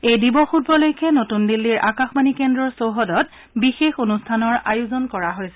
এই দিৱস উপলক্ষে নতুন দিল্লীৰ আকাশবাণী কেন্দ্ৰৰ চৌহদত বিশেষ অনুষ্ঠানৰ আয়োজন কৰা হৈছে